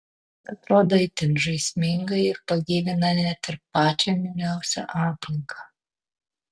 jos atrodo itin žaismingai ir pagyvina net ir pačią niūriausią aplinką